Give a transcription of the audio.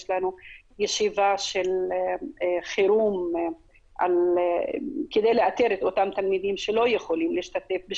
יש לנו ישיבה של חרום כדי לאתר את אותם תלמידים שלא יכולים להשתתף,